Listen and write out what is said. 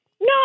No